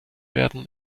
werden